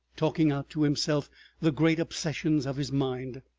talking out to himself the great obsessions of his mind.